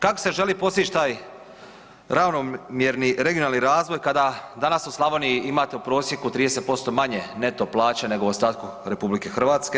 Kako se želi postić taj ravnomjerni regionalni razvoj kada danas u Slavoniji imate u prosjeku 30% manje neto plaće nego u ostatku RH?